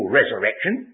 resurrection